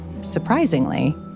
surprisingly